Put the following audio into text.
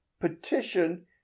petition